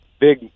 big